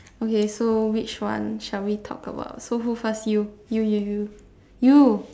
okay so which one shall we talk about so who first you you you you you